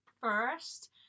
first